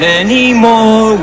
anymore